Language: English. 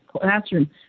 classroom